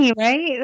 right